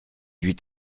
huit